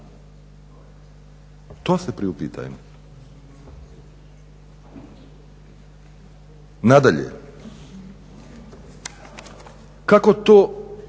To se priupitajmo. Nadalje, kako to